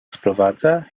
sprowadza